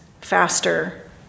faster